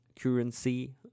currency